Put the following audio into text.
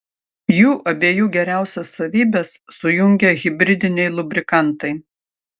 jų abiejų geriausias savybes sujungia hibridiniai lubrikantai